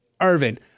Irvin